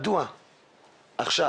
מדוע עכשיו?